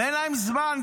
ואין להם זמן,